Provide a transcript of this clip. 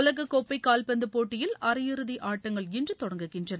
உலக கோப்பை கால்பந்து போட்டியில் அரையிறுதி ஆட்டங்கள் இன்று தொடங்குகின்றன